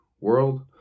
world